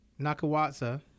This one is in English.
Nakawatsa